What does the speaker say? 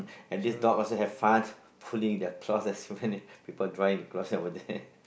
and this dog also have fun pulling the clothes when people drying the clothes over there